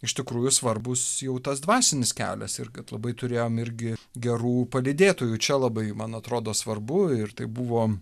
iš tikrųjų svarbus jau tas dvasinis kelias ir kad labai turėjom irgi gerų palydėtojų čia labai man atrodo svarbu ir tai buvo